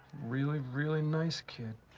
really, really nice kid.